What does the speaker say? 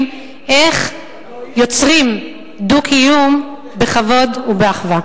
איך יוצרים דו-קיום בכבוד ובאחווה?